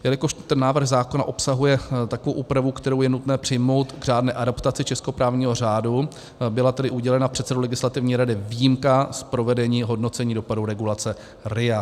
Jelikož návrh zákona obsahuje takovou úpravu, kterou je nutné přijmout k řádné adaptaci českého právního řádu, byla tedy udělena předsedou legislativní rady výjimka z provedení hodnocení dopadů regulace RIA.